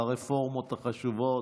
על הרפורמות החשובות.